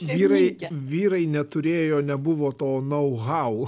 vyrai vyrai neturėjo nebuvo to nau hau